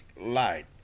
light